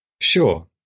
Sure